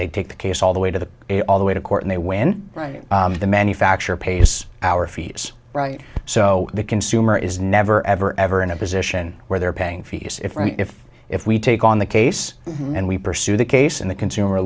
they take the case all the way to the they all the way to court they win right the manufacturer pays our fees so the consumer is never ever ever in a position where they're paying fees if if if we take on the case and we pursue the case in the consumer